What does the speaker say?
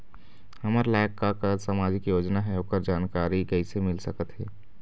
हमर लायक का का सामाजिक योजना हे, ओकर जानकारी कइसे मील सकत हे?